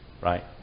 right